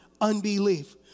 unbelief